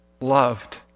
loved